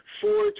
four